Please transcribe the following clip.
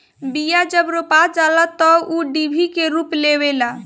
बिया जब रोपा जाला तअ ऊ डिभि के रूप लेवेला